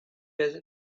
was